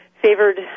Favored